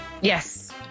yes